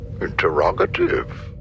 Interrogative